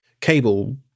cable